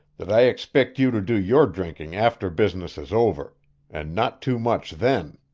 that i expect you to do your drinking after business is over and not too much then.